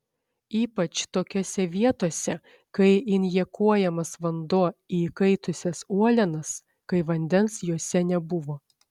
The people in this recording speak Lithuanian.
ypač tokiose vietose kai injekuojamas vanduo į įkaitusias uolienas kai vandens juose nebuvo